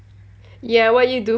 ya what you do